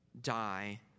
die